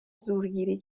زورگیری